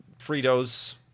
Fritos